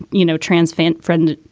you know, trans fat friend,